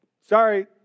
Sorry